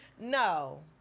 No